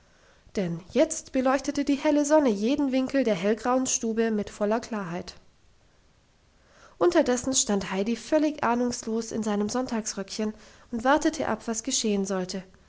denn jetzt beleuchtete die helle sonne jeden winkel der hellgrauen stube mit voller klarheit unterdessen stand heidi völlig ahnungslos in seinem sonntagsröckchen und wartete ab was geschehen sollte